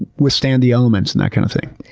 withstand the elements and that kind of thing.